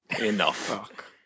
Enough